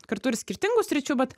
kartu ir skirtingų sričių bet